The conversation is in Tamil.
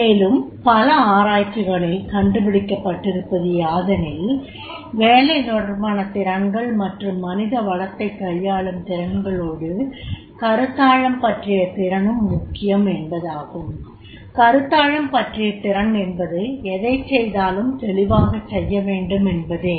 மேலும் பல ஆராய்ச்சிகளில் கண்டுபிடிக்கபட்டிருப்பது யாதெனில் வேலை தொடர்பான திறன்கள் மற்றும் மனிதவளத்தைக் கையாளும் திரன்களோடு கருத்தாழம் பற்றிய திறனும் முக்கியம் என்பதாகும்